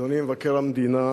אדוני מבקר המדינה,